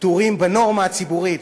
פתורים בנורמה הציבורית.